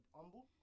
humble